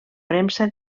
premsa